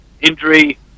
injury